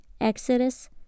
Exodus